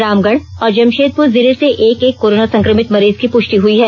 रामगढ़ और जमषेदपुर जिले से एक एक कोरोना संक्रमित मरीज की पुष्टि हुई है